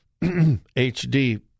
HD